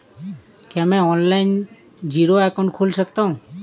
क्या मैं online zero account खोल सकता हूँ?